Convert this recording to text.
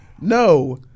No